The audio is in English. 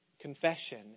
confession